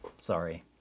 sorry